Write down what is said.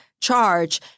charge